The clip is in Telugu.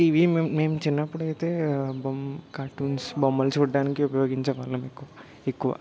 టీవీ మేం నేను చిన్నప్పుడైతే బొమ్ కార్టూన్స్ బొమ్మలు చూడడానికి ఉపయోగించే వాళ్ళం ఎక్కు ఎక్కువ